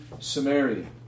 samaria